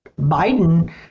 biden